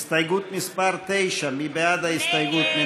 הסתייגות מס' 8. מי בעד ההסתייגות?